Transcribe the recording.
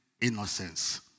innocence